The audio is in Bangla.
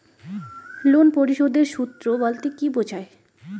লোন পরিশোধের সূএ বলতে কি বোঝায়?